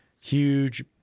huge